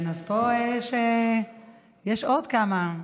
פה יש עוד כמה.